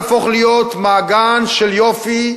תהפוך להיות מעגן של יופי,